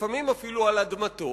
לפעמים אפילו על אדמתו,